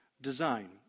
design